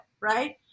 Right